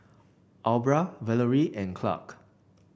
Aubra Valorie and Clarke